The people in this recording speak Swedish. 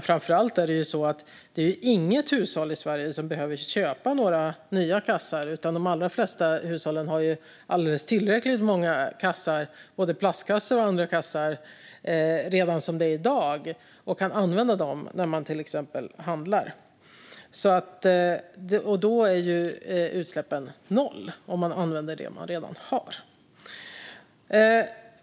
Framför allt finns det inga hushåll i Sverige som behöver köpa några nya kassar, utan de allra flesta hushåll har alldeles tillräckligt många kassar, både plastkassar och andra kassar, som det är i dag och kan använda dem till exempel när de handlar. Om man använder det man redan har blir utsläppen noll.